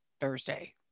Thursday